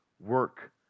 Work